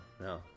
no